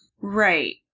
Right